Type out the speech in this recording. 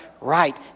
right